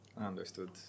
Understood